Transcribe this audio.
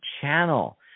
channel